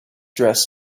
dress